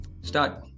Start